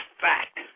fact